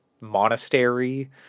monastery